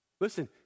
Listen